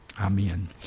Amen